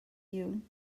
you